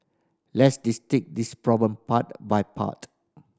let's this problem part by part